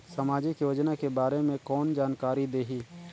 समाजिक योजना के बारे मे कोन जानकारी देही?